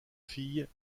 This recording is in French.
filles